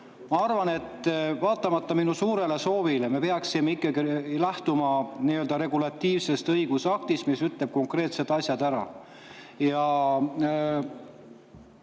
Ma arvan, vaatamata minu suurele soovile, et me peaksime ikkagi lähtuma regulatiivsest õigusaktist, mis ütleb konkreetselt asjad ära.